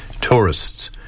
tourists